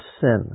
sin